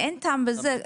אין טעם בזה.